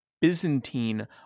Byzantine